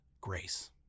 grace